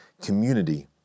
community